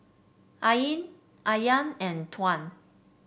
Ain Aryan and Tuah